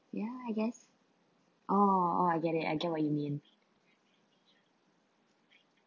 ya I guess orh orh I get it I get what you mean